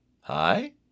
Hi